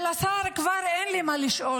את השר אין לי כבר מה לשאול,